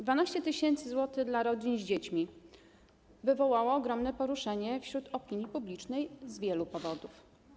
12 tys. zł dla rodzin z dziećmi wywołało ogromne poruszenie wśród opinii publicznej z wielu powodów.